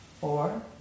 four